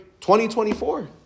2024